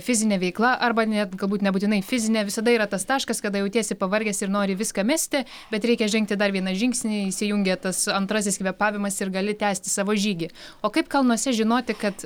fizine veikla arba net galbūt nebūtinai fizine visada yra tas taškas kada jautiesi pavargęs ir nori viską mesti bet reikia žengti dar vieną žingsnį įsijungė tas antrasis kvėpavimas ir gali tęsti savo žygį o kaip kalnuose žinoti kad